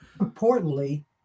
importantly